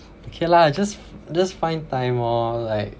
okay lah just just find time lor like